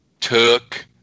took